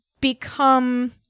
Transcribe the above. become